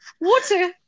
water